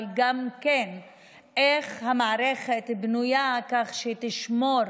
אבל גם איך המערכת בנויה כך שהיא תשמור